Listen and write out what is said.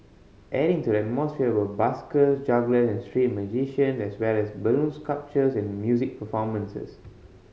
adding to the atmosphere were busker juggler and street magician as well as balloon sculptures and music performances